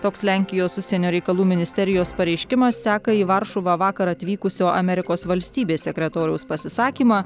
toks lenkijos užsienio reikalų ministerijos pareiškimas seka į varšuvą vakar atvykusio amerikos valstybės sekretoriaus pasisakymą